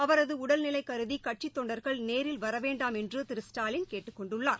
அவரதமடல்நிலைகருதிகட்சித் தொண்டர்கள் நேரில் வரவேண்டாம் என்றுதிரு ஸ்டாலின் கேட்டுக் கொண்டுள்ளார்